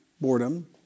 boredom